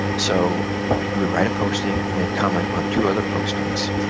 so you would write a posting and then comment on two other postings.